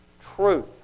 truth